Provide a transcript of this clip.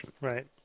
Right